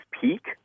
peak